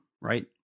right